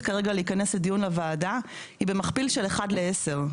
כרגע להיכנס לדיון לוועדה היא במכפיל של 1:10,